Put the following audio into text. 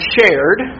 Shared